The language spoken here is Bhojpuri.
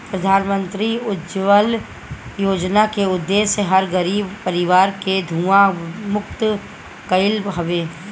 प्रधानमंत्री उज्ज्वला योजना के उद्देश्य हर गरीब परिवार के धुंआ मुक्त कईल हवे